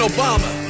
Obama